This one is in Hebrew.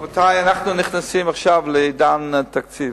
רבותי, אנחנו נכנסים עכשיו לעידן תקציב,